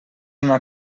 una